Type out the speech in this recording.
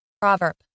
Proverb